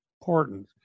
important